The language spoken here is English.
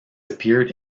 appeared